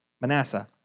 Manasseh